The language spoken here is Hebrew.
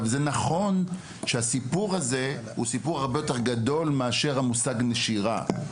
זה נכון שהסיפור הזה הוא סיפור הרבה יותר גדול מהמושג נשירה,